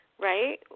right